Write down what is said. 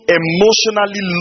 emotionally